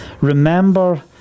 Remember